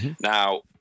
Now